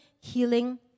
healing